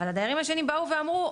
אבל הדיירים הישנים באו ואמרו,